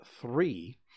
three